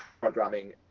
programming